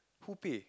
who pay